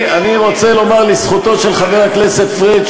אני רוצה לומר לזכותו של חבר הכנסת פריג',